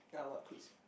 yea what quiz